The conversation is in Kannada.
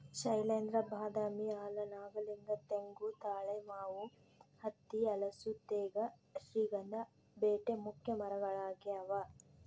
ಶೈಲೇಂದ್ರ ಬಾದಾಮಿ ಆಲ ನಾಗಲಿಂಗ ತೆಂಗು ತಾಳೆ ಮಾವು ಹತ್ತಿ ಹಲಸು ತೇಗ ಶ್ರೀಗಂಧ ಬೀಟೆ ಮುಖ್ಯ ಮರಗಳಾಗ್ಯಾವ